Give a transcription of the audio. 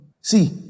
See